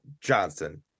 Johnson